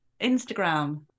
Instagram